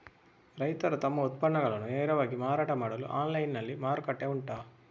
ರೈತರು ತಮ್ಮ ಉತ್ಪನ್ನಗಳನ್ನು ನೇರವಾಗಿ ಮಾರಾಟ ಮಾಡಲು ಆನ್ಲೈನ್ ನಲ್ಲಿ ಮಾರುಕಟ್ಟೆ ಉಂಟಾ?